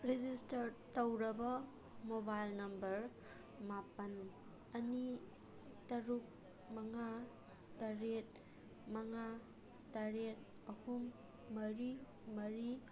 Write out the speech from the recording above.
register ꯇꯧꯔꯕ mobile number ꯃꯥꯄꯜ ꯑꯅꯤ ꯇꯔꯨꯛ ꯃꯉꯥ ꯇꯔꯦꯠ ꯃꯉꯥ ꯇꯔꯦꯠ ꯑꯍꯨꯝ ꯃꯔꯤ ꯃꯔꯤ